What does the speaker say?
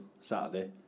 Saturday